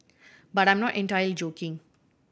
but I am not entirely joking